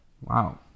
Wow